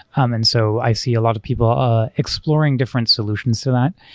um and so i see a lot of people exploring different solutions to that.